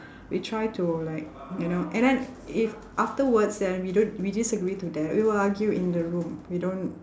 we try to like you know and then if afterwards and we don't we disagree to that we will argue in the room we don't